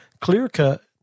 clear-cut